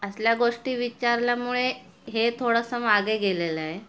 असल्या गोष्टी विचारल्यामुळे हे थोडंसं मागे गेलेलं आहे